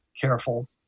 careful